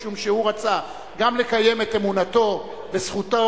כי הוא רצה גם לקיים את אמונתו וזכותו